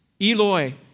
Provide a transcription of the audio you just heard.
Eloi